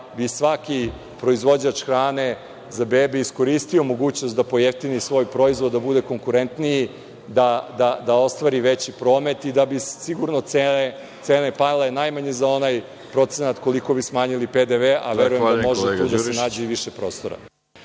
bi svaki proizvođač hrane za bebe iskoristio mogućnost da pojeftini svoj proizvod da bude konkurentniji, da ostvari veći promet i da bi sigurno cene pale najmanje za onaj procenat koliko bi smanjili PDV, a verujemo da može tu da se nađe i više prostora.